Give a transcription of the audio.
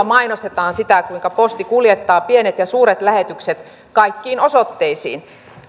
mainostetaan sitä kuinka posti kuljettaa pienet ja suuret lähetykset kaikkiin osoitteisiin